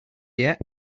yet